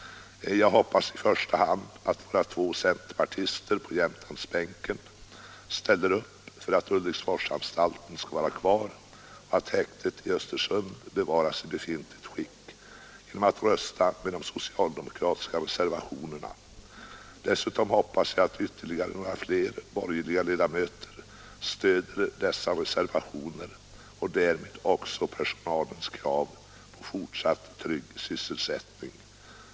Jag hoppas i första hand att våra två centerpartister på Jämtlandsbänken ställer upp för att Ulriksforsanstalten skall vara kvar och för att häktet i Östersund 139 140 bevaras i befintligt skick genom att rösta för de socialdemokratiska reservalionerna. Dessutom hoppas jag att ytterligare några fler borgerliga ledamöter stöder dessa reservationer och därmed också personalens krav på fortsatt trygg sysselsättning.